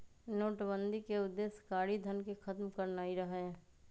नोटबन्दि के उद्देश्य कारीधन के खत्म करनाइ रहै